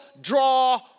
draw